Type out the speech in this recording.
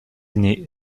ainé